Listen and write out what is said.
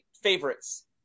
favorites